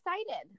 excited